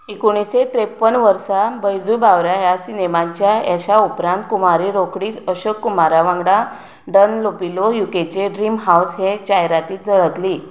एकोणीसे त्रेप्पन वर्सा बैजू बावरा ह्या सिनेमांच्या येशा उपरांत कुमारी रोखडीच अशोक कुमारा वांगडा डन लोपिलो यू केचे ड्रीम हावज हे जायरातीत झळकली